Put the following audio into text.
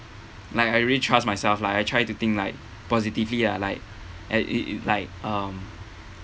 like I really trust myself lah I try to think like positively lah like and it it it like um